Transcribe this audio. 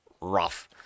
rough